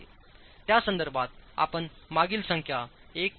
त्या संदर्भात आपण मागील संख्या1